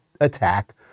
attack